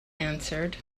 answered